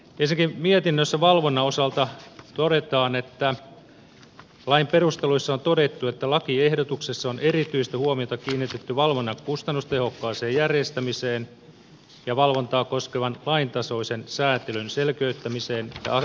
ensinnäkin mietinnössä valvonnan osalta todetaan että lain perusteluissa on todettu että lakiehdotuksessa on erityistä huomiota kiinnitetty valvonnan kustannustehokkaaseen järjestämiseen ja valvontaa koskevan laintasoisen säätelyn selkeyttämiseen ja ajanmukaistamiseen